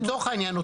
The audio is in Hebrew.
לצורך העניין,